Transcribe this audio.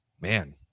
Man